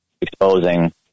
exposing